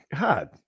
God